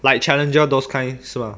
like challenger those kind 是吗